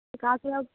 கால் kilo